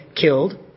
killed